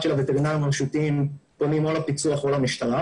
של הווטרינרים הרשותיים פונים או לפיצו"ח או למשטרה,